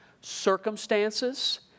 Circumstances